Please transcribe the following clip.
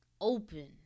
open